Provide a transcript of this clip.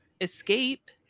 escape